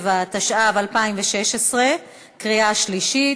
27), התשע"ו 2016, קריאה שלישית,